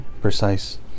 precise